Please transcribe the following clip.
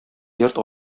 йорт